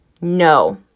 No